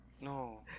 no